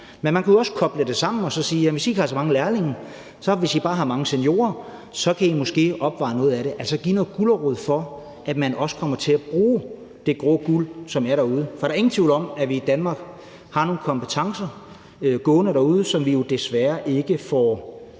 Men man kunne jo også koble det sammen og sige, at hvis ikke I har så mange lærlinge, så kan I, hvis I bare har mange seniorer, måske opveje noget af det, altså give noget gulerod, i forhold til at man også kommer til at bruge det grå guld, der er derude. For der er ingen tvivl om, at vi i Danmark har nogle kompetencer gående derude, som vi jo desværre ikke får